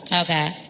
Okay